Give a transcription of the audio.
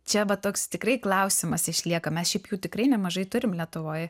čia va toks tikrai klausimas išlieka mes šiaip jų tikrai nemažai turim lietuvoj